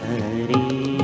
Hari